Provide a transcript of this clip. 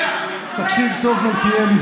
תקשיב טוב, מלכיאלי.